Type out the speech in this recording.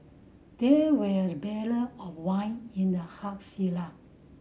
there were barrel of wine in the hug cellar